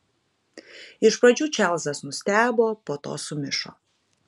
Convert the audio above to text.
iš pradžių čarlzas nustebo po to sumišo